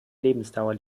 lebensdauer